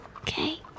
Okay